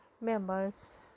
members